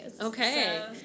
okay